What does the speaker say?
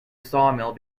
sawmill